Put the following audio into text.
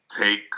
take